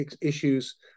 issues